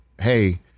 hey –